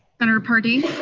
senator paradee?